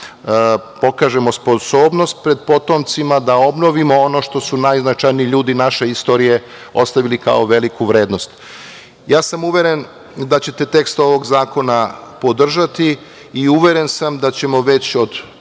da pokažemo sposobnost pred potomcima, da obnovimo ono što su najznačajniji ljudi naše istorije ostavili kao veliku vrednost. Ja sam uveren da ćete tekst ovog zakona podržati i uveren sam da ćemo od